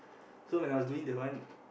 so when I was doing the one